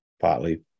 partly